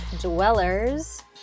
Dwellers